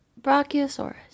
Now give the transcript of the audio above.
Brachiosaurus